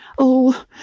Oh